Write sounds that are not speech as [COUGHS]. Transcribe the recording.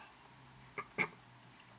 [COUGHS]